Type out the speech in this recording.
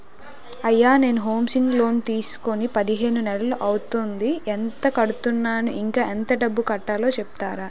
అయ్యా నేను housing loan తీసుకొని పదిహేను నెలలు అవుతోందిఎంత కడుతున్నాను, ఇంకా ఎంత డబ్బు కట్టలో చెప్తారా?